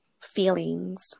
feelings